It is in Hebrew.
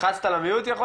מיד אנחנו פונים